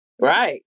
Right